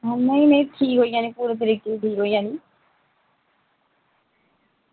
हां नेईं नेईं ठीक होई जानी पूरे तरीके दी ठीक होई जानी